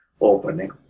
opening